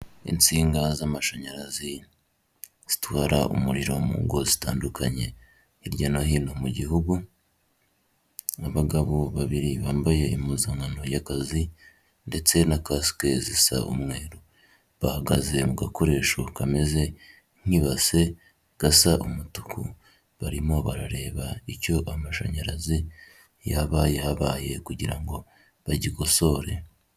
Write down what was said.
Insinga z'amashanyarazi zitwara umuriro mu ngo zitandukanye hirya no hino mu gihugu, abagabo babiri bambaye impuzankano y'akazi ndetse na kasike zisa umwe bahagaze mu gakoresho kameze nk'ibase gasa umutuku barimo barareba icyo amashanyarazi yaba yabaye kugira ngo bagikosore.